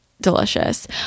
delicious